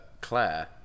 Claire